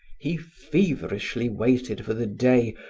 he feverishly waited for the day,